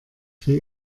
für